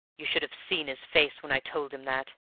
you should have seen his face when i told him that!